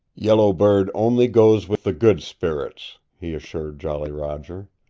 yellow bird only goes with the good spirits, he assured jolly roger.